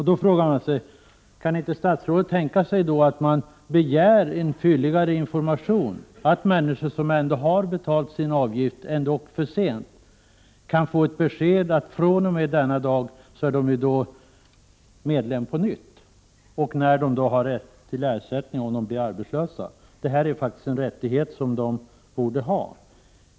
Då undrar jag: Kan inte statsrådet tänka sig att det ges en fylligare information, så att personer som har betalt sin avgift till A-kassan, om än för sent, får ett meddelande att fr.o.m. den och den dagen är de medlemmar på nytt samt ett besked om när de har rätt till ersättning, om de blir arbetslösa? Det här är faktiskt en rättighet som de borde ha.